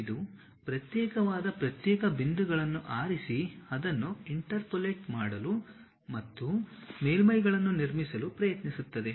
ಇದು ಪ್ರತ್ಯೇಕವಾದ ಪ್ರತ್ಯೇಕ ಬಿಂದುಗಳನ್ನು ಆರಿಸಿ ಅದನ್ನು ಇಂಟರ್ಪೋಲೇಟ್ ಮಾಡಲು ಮತ್ತು ಮೇಲ್ಮೈಗಳನ್ನು ನಿರ್ಮಿಸಲು ಪ್ರಯತ್ನಿಸುತ್ತದೆ